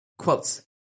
quotes